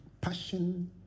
passion